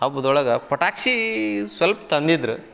ಹಬ್ಬದೊಳಗ ಪಟಾಕ್ಸಿ ಸ್ವಲ್ಪ ತಂದಿದ್ರ